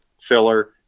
filler